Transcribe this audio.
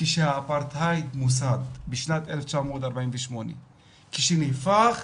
כשהאפרטהייד מוסד בשנת 1948. כשנהפך